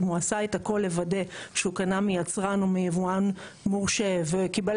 אם הוא עשה את הכל לוודא שהוא קנה מיצרן או מיבואן מורשה וקיבל